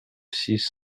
six